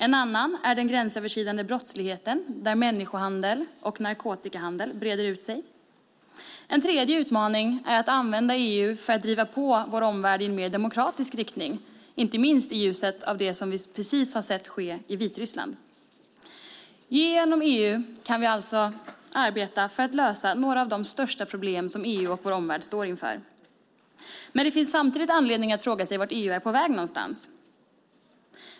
En andra utmaning är den gränsöverskridande brottsligheten där människohandel och narkotikahandel breder ut sig. En tredje utmaning är att använda EU för att driva på vår omvärld i en mer demokratisk inriktning, inte minst i ljuset av det vi precis har sett ske i Vitryssland. Genom EU kan vi alltså arbeta för att lösa några av de största problemen EU och vår omvärld står inför. Det finns dock samtidigt anledning att fråga sig vart EU är på väg någonstans.